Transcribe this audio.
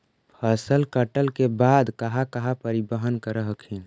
फसल कटल के बाद कहा कहा परिबहन कर हखिन?